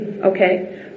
Okay